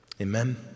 Amen